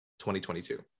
2022